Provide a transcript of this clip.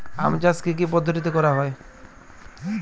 আম চাষ কি কি পদ্ধতিতে করা হয়?